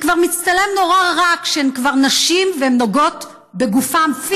זה כבר מצטלם נורא רע כשהן כבר נשים והן נוגעות פיזית בגופם,